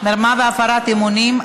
מרמה והפרת אמונים),